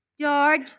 George